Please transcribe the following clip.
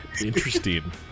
interesting